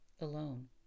Alone